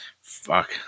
Fuck